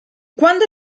quando